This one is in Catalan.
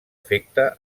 afecta